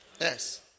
Yes